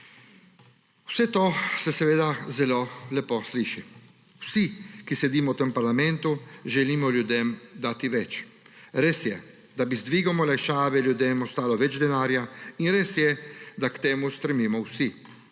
Vse to se seveda zelo lepo sliši. Vsi, ki sedimo v parlamentu, želimo ljudem dati več. Res je, da bi z dvigom olajšave ljudem ostalo več denarja, in res je, da k temu stremimo vsi.